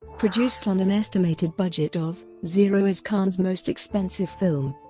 produced on an estimated budget of, zero is khan's most expensive film.